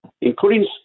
including